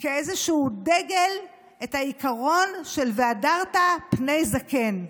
כאיזשהו דגל את העיקרון "והדרת פני זקן".